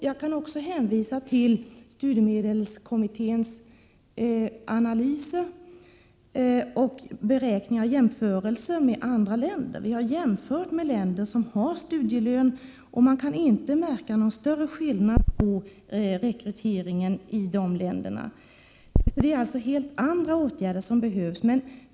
Jag kan också hänvisa till studiemedelskommitténs analyser och bedömningar grundade på jämförelser med andra länder. Vi har gjort jämförelser med länder där studielön utbetalas, och vi har inte kunnat finna att rekryteringsförhållandena där skiljer sig särskilt mycket från rekryteringsförhållandena i vårt land. Det är alltså helt andra åtgärder som behövs.